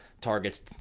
targets